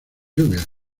lluvias